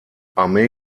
armee